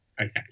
Okay